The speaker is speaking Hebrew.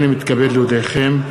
הנני מתכבד להודיעכם,